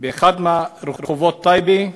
באחד מרחובות טייבה,